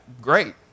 great